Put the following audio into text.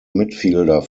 midfielder